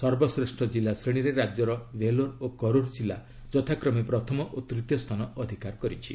ସର୍ବଶ୍ରେଷ୍ଠ ଜିଲ୍ଲା ଶ୍ରେଣୀରେ ରାଜ୍ୟର ଭେଲୋର ଓ କରୁର ଜିଲ୍ଲା ଯଥାକ୍ରମେ ପ୍ରଥମ ଓ ତୃତୀୟ ସ୍ଥାନ ଅଧିକାର କରିଛି